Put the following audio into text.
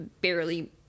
barely